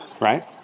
right